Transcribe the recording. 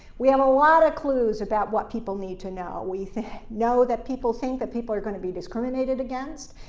we have a lot of clues about what people need to know. we know that people think that people are going to be discriminated against,